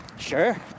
Sure